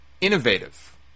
innovative